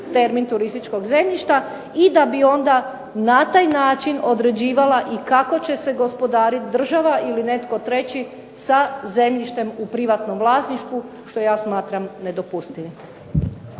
termin turističkog zemljišta i da bi onda na taj način određivala i kako će se gospodarit država ili netko treći sa zemljištem u privatnom vlasništvu što ja smatram nedopustivim.